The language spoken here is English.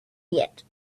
yet